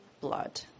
blood